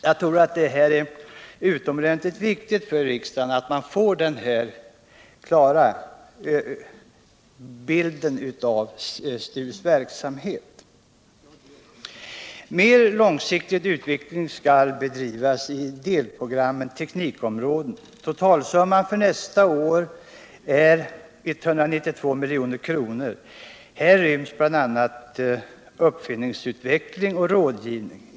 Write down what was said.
Jag tror att det är utomordentligt viktigt för riksdagen att få den klara bilden av STU:s verksamhet. Mer långsiktig utveckling skall bedrivas i delprogrammet teknikområden. Totalsumman för nästa år är 192 milj.kr. Här ryms bl.a. uppfinningsutveckling och rådgivning.